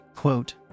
Quote